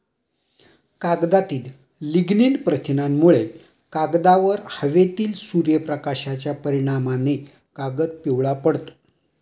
कागदातील लिग्निन प्रथिनांमुळे, कागदावर हवेतील सूर्यप्रकाशाच्या परिणामाने कागद पिवळा पडतो